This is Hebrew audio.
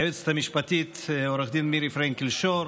היועצת המשפטית עו"ד מירי פרנקל שור,